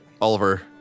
Oliver